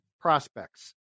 prospects